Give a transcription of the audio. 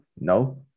No